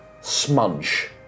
smudge